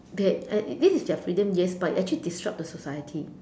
they this is their freedom yes but it actually disrupts the society